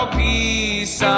peace